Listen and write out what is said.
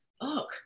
look